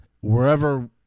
wherever